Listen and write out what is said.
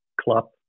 .club